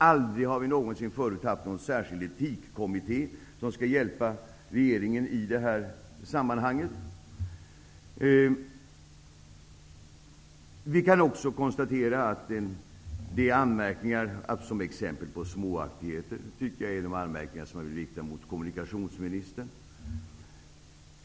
Aldrig någonsin tidigare har vi haft någon särskild etikkommitté som skall hjälpa regeringen i detta sammanhang. Jag tycker att ett exempel på småaktigheter är de anmärkningar som har riktats mot kommunikationsministern.